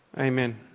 Amen